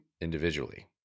individually